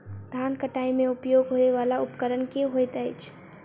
धान कटाई मे उपयोग होयवला उपकरण केँ होइत अछि?